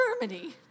Germany